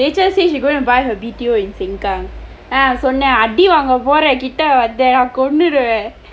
vincent say she gonna buy her B_T_O in sengkang then நான் சொன்னேன் அடி வாங்க போற கிட்ட வந்த கொன்னுருவேன்:naan sonneen adi vaangka poora kitda vandtha konnuruveen